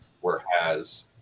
whereas